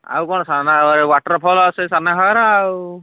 ଆଉ କ'ଣ ୱାଟର ଫଲ୍ ସେଇ ସାନ ଘାଗରା ଆଉ